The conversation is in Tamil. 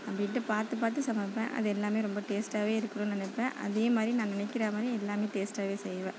அப்படின்ட்டு பார்த்து பார்த்து சமைப்பேன் அது எல்லாமே ரொம்ப டேஸ்டாவே இருக்கணும்னு நினைப்பேன் அதேமாதிரி நான் நினைக்கிறா மாதிரி எல்லாமே டேஸ்டாகவே செய்வேன்